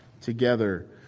together